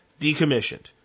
decommissioned